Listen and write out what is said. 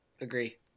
Agree